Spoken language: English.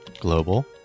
global